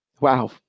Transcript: wow